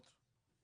מה זה אומר?